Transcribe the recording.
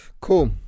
Cool